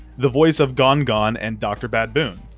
the voice of gongon and dr. bad-boon.